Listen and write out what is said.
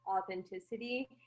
authenticity